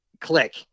click